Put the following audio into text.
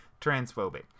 transphobic